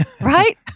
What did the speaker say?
Right